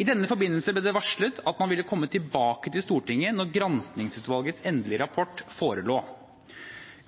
I denne forbindelse ble det varslet at man ville komme tilbake til Stortinget når granskingsutvalgets endelige rapport forelå.